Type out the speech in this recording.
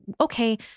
okay